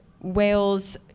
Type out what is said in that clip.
Wales